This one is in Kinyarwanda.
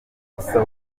ubufasha